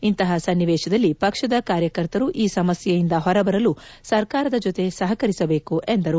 ಇಂತಪ ಸನ್ನಿವೇಶದಲ್ಲಿ ಪಕ್ಷದ ಕಾರ್ಯಕರ್ತರು ಈ ಸಮಸ್ನೆಯಿಂದ ಹೊರಬರಲು ಸರ್ಕಾರದ ಜೊತೆ ಸಹಕರಿಸಬೇಕು ಎಂದರು